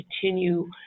continue